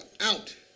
out